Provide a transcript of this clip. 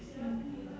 mm